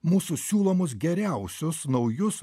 mūsų siūlomus geriausius naujus